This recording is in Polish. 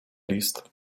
list